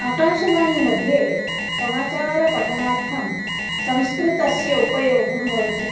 आकाशवाणीमध्ये समाचारपठनार्थं संस्कृतस्य उपयोगं भवति